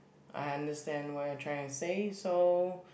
I understand what you're trying to say so